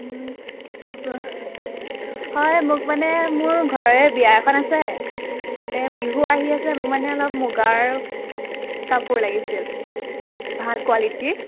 অপ হয় মোক মানে মোৰ ঘৰৰে বিয়া এখন আছে তাতে বিহু আহি আছে মোক মানে অলপ মুগাৰ কাপোৰ লাগিছিল ভাল কোৱালিটীৰ